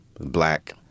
black